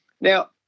Now